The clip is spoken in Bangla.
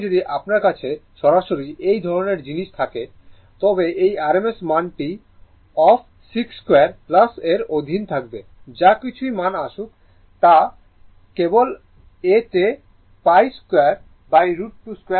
সুতরাং যদি আপনার কাছে সরাসরি এই ধরণের জিনিস থাকলে তবে এই RMS মানটি √ অফ 62 এর অধীনে থাকবে যা কিছু মান আসুক এই কেস এ তা π√2 হবে